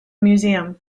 museum